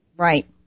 Right